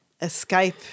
escape